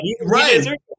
Right